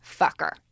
Fucker